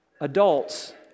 Adults